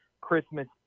Christmas